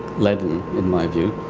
leaden in my view.